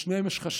לשניהם חשיבות,